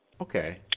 Okay